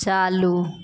चालू